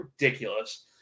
ridiculous